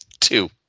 Two